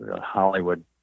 Hollywood